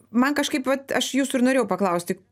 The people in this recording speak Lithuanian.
man kažkaip vat aš jūsų ir norėjau paklausti